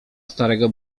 starego